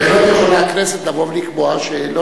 בהחלט יכולה הכנסת לבוא ולקבוע שלא